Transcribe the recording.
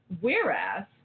Whereas